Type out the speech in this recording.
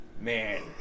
Man